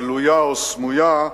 גלויה או סמויה,